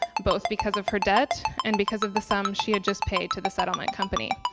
both because of her debt and because of the sum she had just paid to the settlement company.